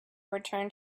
returned